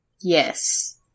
Yes